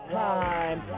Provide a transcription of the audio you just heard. time